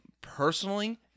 personally